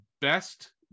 Best